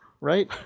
right